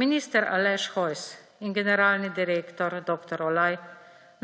Minister Aleš Hojs in generalni direktor dr. Olaj